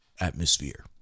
atmosphere